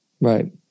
Right